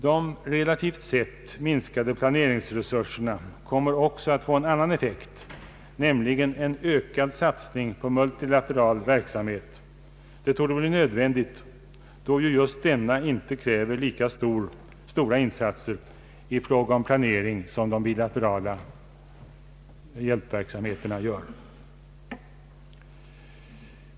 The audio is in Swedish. De relativt sett minskade planeringsresurserna kommer också att få en an nan effekt, nämligen en starkt ökad satsning på multilateral verksamhet. Detta torde bli nödvändigt, då denna inte kräver lika stora insatser i fråga om planering som bilateral verksamhet.